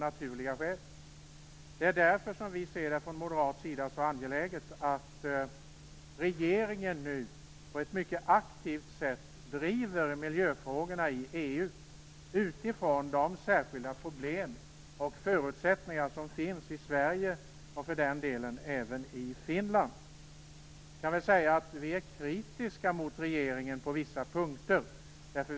Det är därför som vi från moderat sida ser det som så angeläget att regeringen nu på ett mycket aktivt sätt driver miljöfrågorna i EU utifrån de särskilda problem och förutsättningar som finns i Sverige och för den delen även i Finland. Jag kan säga att vi är kritiska mot regeringen på vissa punkter.